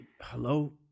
Hello